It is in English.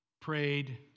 prayed